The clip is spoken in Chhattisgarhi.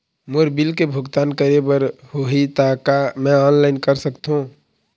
मोर बिल के भुगतान करे बर होही ता का मैं ऑनलाइन कर सकथों?